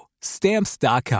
Stamps.com